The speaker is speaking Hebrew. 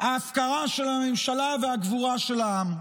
ההפקרה של הממשלה והגבורה של העם.